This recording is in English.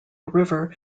river